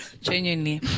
genuinely